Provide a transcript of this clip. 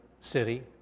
city